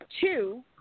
Two